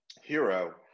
hero